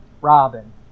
Robin